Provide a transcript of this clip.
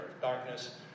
darkness